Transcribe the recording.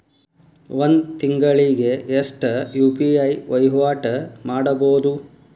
ಒಂದ್ ತಿಂಗಳಿಗೆ ಎಷ್ಟ ಯು.ಪಿ.ಐ ವಹಿವಾಟ ಮಾಡಬೋದು?